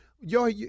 yo